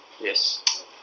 Yes